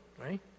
right